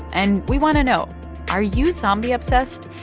and we want to know are you zombie obsessed?